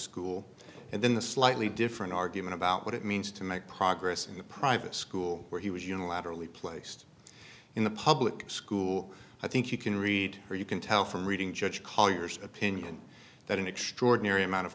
school and then the slightly different argument about what it means to make progress in the private school where he was unilaterally placed in the public school i think you can read or you can tell from reading judge colliers opinion that an extraordinary amount of